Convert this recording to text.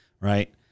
right